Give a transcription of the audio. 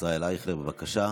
ישראל אייכלר, בבקשה.